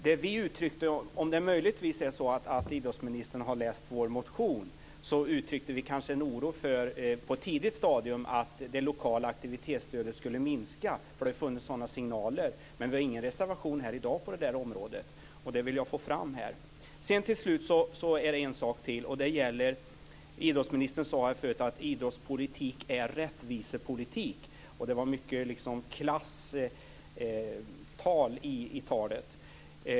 Om idrottsministern möjligen har läst vår motion, ser hon att vi på ett tidigt stadium har uttryckt en oro för att det lokala aktivitetsstödet skulle minska. Det har funnits sådana signaler. Men vi har ingen reservation i dag på det området. Det vill jag få fram här. Till slut en sak till, nämligen idrottsministerns tidigare svar att idrottspolitik är rättvisepolitik. Det var mycket av klassretorik i talet.